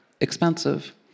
expensive